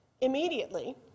immediately